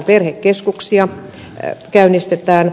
perhekeskuksia käynnistetään